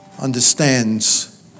understands